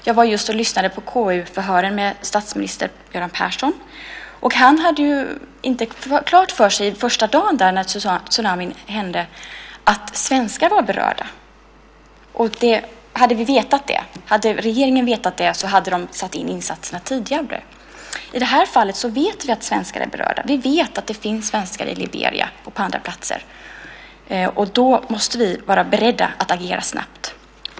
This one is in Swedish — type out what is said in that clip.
Jag var just och lyssnade på KU-förhören med statsminister Göran Persson, och han hade inte klart för sig, första dagen när tsunamin hände, att svenskar var berörda. Hade regeringen vetat det hade de satt in insatserna tidigare. I det här fallet vet vi att svenskar är berörda. Vi vet att det finns svenskar i Liberia och på andra platser, och då måste vi vara beredda att agera snabbt.